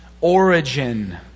origin